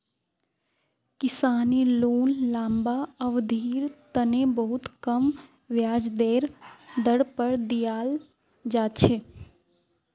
किसानी लोन लम्बा अवधिर तने बहुत कम ब्याजेर दर पर दीयाल जा छे